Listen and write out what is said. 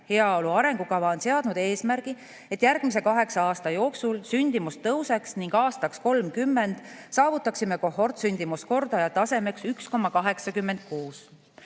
Heaolu arengukava on seadnud eesmärgiks, et järgmise kaheksa aasta jooksul sündimus tõuseks ning aastaks 2030 saavutaksime kohortsündimuskordaja tasemeks 1,86.